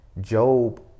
Job